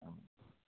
অঁ